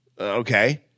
okay